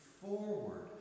forward